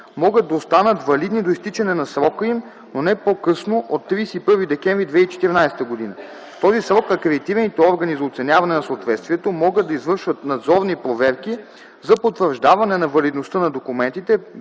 могат да останат валидни до изтичане на срока им, но не по-късно от 31 декември 2014 г. В този срок акредитираните органи за оценяване на съответствието могат да извършват надзорни проверки за потвърждаване на валидността на документите,